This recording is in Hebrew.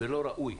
ולא ראוי,